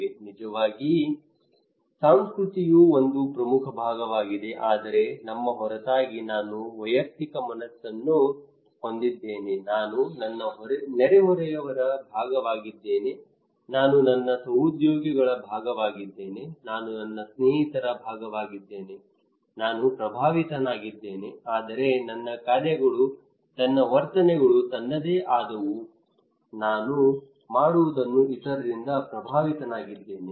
ಸಹಜವಾಗಿ ಸಂಸ್ಕೃತಿಯು ಒಂದು ಪ್ರಮುಖ ಭಾಗವಾಗಿದೆ ಆದರೆ ನಮ್ಮ ಹೊರತಾಗಿ ನಾನು ವೈಯಕ್ತಿಕ ಮನಸ್ಸನ್ನು ಹೊಂದಿದ್ದೇನೆ ನಾನು ನನ್ನ ನೆರೆಹೊರೆಯವರ ಭಾಗವಾಗಿದ್ದೇನೆ ನಾನು ನನ್ನ ಸಹೋದ್ಯೋಗಿಗಳ ಭಾಗವಾಗಿದ್ದೇನೆ ನಾನು ನನ್ನ ಸ್ನೇಹಿತರ ಭಾಗವಾಗಿದ್ದೇನೆ ನಾನು ಪ್ರಭಾವಿತನಾಗಿದ್ದೇನೆ ಆದರೆ ನನ್ನ ಕಾರ್ಯಗಳು ನನ್ನ ವರ್ತನೆಗಳು ನನ್ನದೇ ಆದವು ನಾನು ಮಾಡುವುದನ್ನು ಇತರರಿಂದ ಪ್ರಭಾವಿತನಾಗಿದ್ದೇನೆ